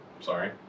Sorry